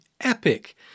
epic